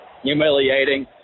humiliating